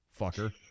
fucker